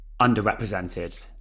underrepresented